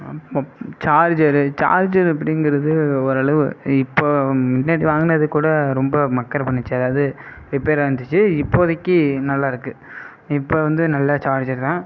charger charger அப்படிங்கிறது ஓரளவு இப்போ முன்னாடி வாங்குனது கூட ரொம்ப மக்கர் பண்ணிச்சு அதாவது ரிப்பேராக இருந்துச்சு இப்போதிக்கு நல்லாயிருக்கு இப்போ வந்து நல்ல சார்ஜர்தான்